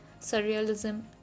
surrealism